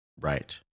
Right